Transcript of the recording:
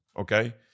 Okay